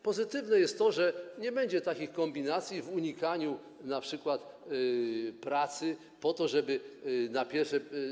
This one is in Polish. Pozytywne jest to, że nie będzie takich kombinacji, unikania np. pracy, po to, żeby na pierwsze.